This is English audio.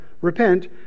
repent